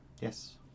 Yes